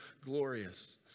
glorious